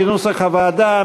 כנוסח הוועדה,